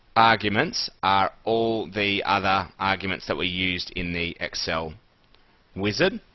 arguments are all the other arguments that were used in the excel wizard.